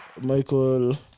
Michael